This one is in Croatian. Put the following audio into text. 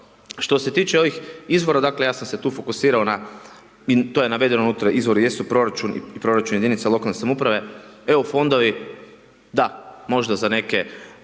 Što se tiče ovih izvora, ja sam se, dakle, tu fokusirao na, to je navedeno unutra, izvori jesu proračun i proračun jedinica lokalne samouprave, EU fondovi, da, možda za neke